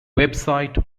website